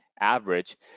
average